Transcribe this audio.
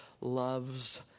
loves